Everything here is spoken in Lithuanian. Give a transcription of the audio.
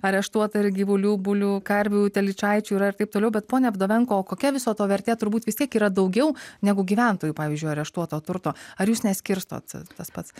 areštuota ir gyvulių bulių karvių telyčaičių yra ir taip toliau bet ponia vdovenko o kokia viso to vertė turbūt vis tiek yra daugiau negu gyventojų pavyzdžiui areštuoto turto ar jūs neskirstot tas pats